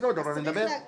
נא לספור את הקולות.